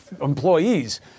employees